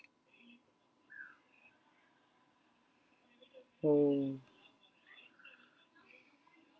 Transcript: oh